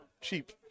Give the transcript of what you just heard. cheap